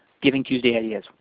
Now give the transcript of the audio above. giving tuesday ideas.